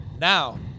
Now